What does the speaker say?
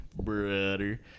Brother